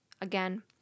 Again